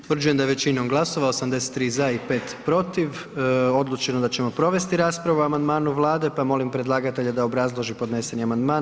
Utvrđujem da je većinom glasova 83 za i 5 protiv odlučeno da ćemo provesti raspravu o amandmanu Vlade, pa molim predlagatelja da obrazloži podneseni amandman.